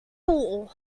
table